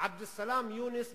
עבד סלאם יונס מעארה.